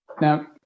Now